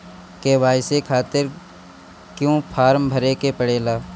KYC खातिर क्यूं form भरे के पड़ेला?